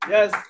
Yes